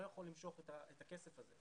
לא יכול למשוך את הכסף הזה.